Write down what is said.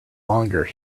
longer